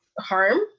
harm